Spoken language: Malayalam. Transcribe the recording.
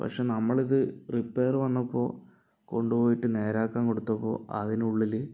പക്ഷെ നമ്മളിത് റിപ്പെയർ വന്നപ്പോൾ കൊണ്ടു പോയിട്ട് നേരെ ആക്കാൻ കൊടുത്തപ്പോൾ അതിനുള്ളില്